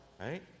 Right